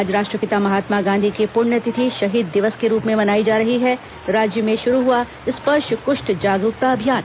आज राष्ट्रपिता महात्मा गांधी की पुण्यतिथि शहीद दिवस के रूप में मनाई जा रही है राज्य में शुरू हुआ स्पर्श कुष्ठ जागरूकता अभियान